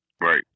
right